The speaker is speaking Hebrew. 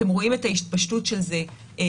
אתם רואים את ההתפשטות של זה בעולם.